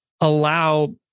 allow